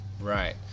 right